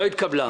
מי נמנע?